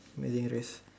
amazing race